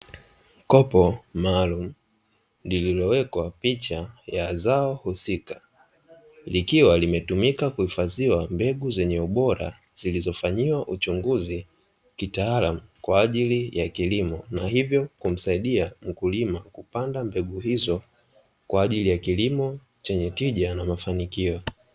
Kopo maalumu lililowekwa picha ya zao husika, likiwa limetumika kuhifadhia mbegu zenye ubora zilizofanyiwa uchunguzi kitaalamu kwa ajili ya kilimo, na hivyo kumsaidia mkulima kupanda mbegu hizo kwa ajili ya kilimo chenye tija na mafanikio.